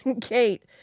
Kate